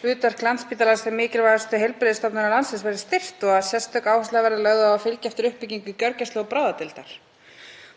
hlutverk Landspítalans sem mikilvægustu heilbrigðisstofnunar landsins verði styrkt og að sérstök áhersla verði lögð á að fylgja eftir uppbyggingu gjörgæslu- og bráðadeildar.